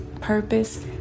purpose